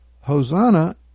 Hosanna